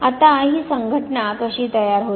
आता ही संघटना कशी तयार होते